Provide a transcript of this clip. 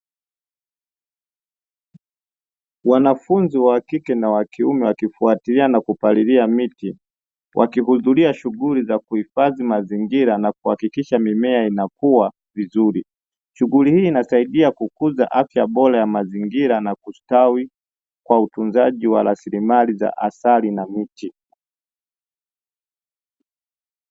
Wanafunzi wa kike na wa kiume wakifuatilia na kupalilia miti, wakihudhuria shughuli za kuhifadhi mazingira na kuhakikisha mimea inakuwa vizuri. Shughuli hii inasaidia kukuza afya bora ya mazingira na kustawi kwa utunzaji wa rasilimali za asali na miti.